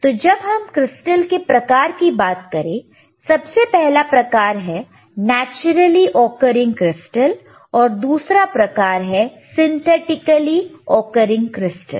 तो जब हम क्रिस्टल के प्रकार की बात करें सबसे पहला प्रकार है नेचुरली ओकरिंग क्रिस्टल और दूसरा प्रकार है सिंथेटिकली ओकरिंग क्रिस्टल